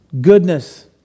goodness